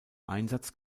einsatz